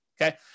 okay